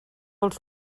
els